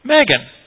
Megan